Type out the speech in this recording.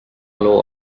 loo